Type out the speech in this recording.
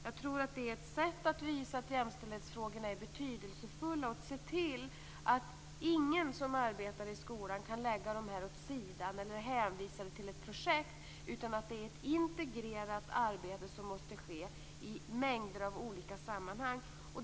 Jag tror att det är ett sätt att visa att jämställdhetsfrågorna är betydelsefulla och att se till att ingen som arbetar i skolan kan lägga dem åt sidan eller hänvisa dem till en projekt. Det måste utföras ett integrerat arbete i mängder av olika sammanhang.